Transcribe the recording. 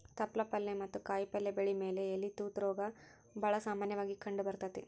ತಪ್ಪಲ ಪಲ್ಲೆ ಮತ್ತ ಕಾಯಪಲ್ಲೆ ಬೆಳಿ ಮ್ಯಾಲೆ ಎಲಿ ತೂತ ರೋಗ ಬಾಳ ಸಾಮನ್ಯವಾಗಿ ಕಂಡಬರ್ತೇತಿ